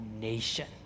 nation